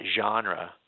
genre